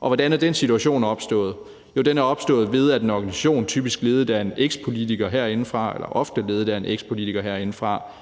og hvordan er den situation opstået? Jo, den er opstået, ved at en organisation, typisk ofte ledet af en ekspolitiker herindefra – ingen nævnt, ingen glemt – ringer